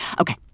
Okay